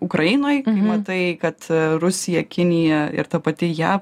ukrainoj matai kad rusija kinija ir ta pati jav